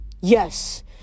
Yes